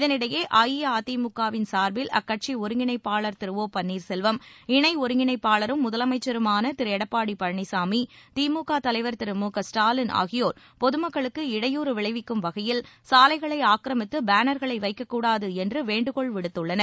இதனிடையே அஇஅதிமுக வின் சார்பில் அக்கட்சி ஒருங்கிணைப்பாளர் திரு ஒ பன்னீர்செல்வம் இணை ஒருங்கிணைப்பாளரும் முதலமைச்சருமான திரு எடப்பாடி பழனிசாமி திமுக தலைவர் திரு மு க ஸ்டாலின் ஆகியோர் பொதுமக்களுக்கு இடையூறு விளைவிக்கும் வகையில் சாலைகளை ஆக்கிரமித்து பேனர்களை வைக்கக்கூடாது என்று வேண்டுகோள் விடுத்துள்ளனர்